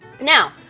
Now